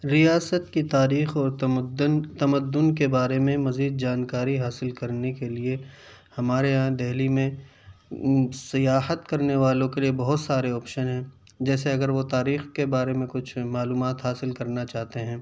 ریاست کی تاریخ اور تمدن تمدن کے بارے میں مزید جانکاری حاصل کرنے کے لیے ہمارے یہاں دہلی میں سیاحت کرنے والوں کے لیے بہت سارے آپشن ہیں جیسے اگر وہ تاریخ کے بارے میں کچھ معلومات حاصل کرنا چاہتے ہیں